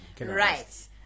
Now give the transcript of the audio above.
Right